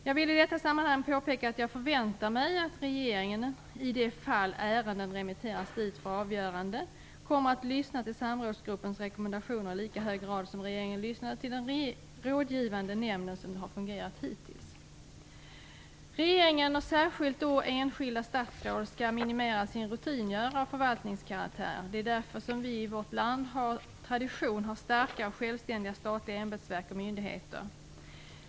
Jag vill i detta sammanhang påpeka att jag förväntar mig att regeringen, i de fall ärenden remitteras dit för avgörande, kommer att lyssna på samrådsgruppens rekommendationer i lika hög grad som regeringen hittills har lyssnat på den rådgivande nämnden. Regeringen, och särskilt då enskilda statsråd, skall minimera sina rutingöromål av förvaltningskaraktär. Det är därför som vi i vårt land av tradition har starka och självständiga statliga ämbetsverk och myndigheter.